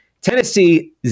Tennessee